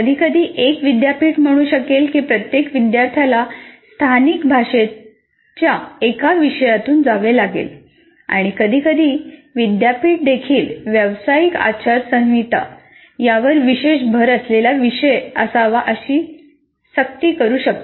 कधीकधी एक विद्यापीठ म्हणू शकेल की प्रत्येक विद्यार्थ्याला स्थानिक भाषेच्या एका विषयातून जावे लागेल आणि कधीकधी विद्यापीठ देखील व्यावसायिक आचारसंहिता यावर विशेष भर असलेला विषय असावा अशी सक्ती करू शकते